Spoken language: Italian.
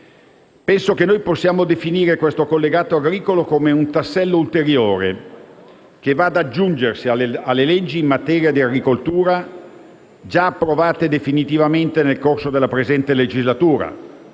Penso che possiamo definire questo collegato agricolo come un tassello ulteriore, che va ad aggiungersi alle leggi in materia di agricoltura già approvate definitivamente nel corso della presente legislatura.